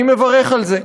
אני מברך על זה.